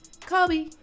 Kobe